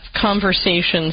conversations